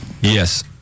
Yes